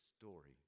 story